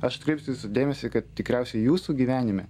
aš atkreipsiuj ūsų dėmesį kad tikriausiai jūsų gyvenime